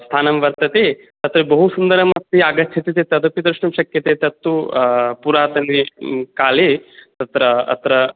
स्थानं वर्तते तत बहुसुन्दरम् अस्ति आगच्छति चेत् तदपि द्रष्टुं शक्यते तत्तु पुरातने काले तत्र अत्र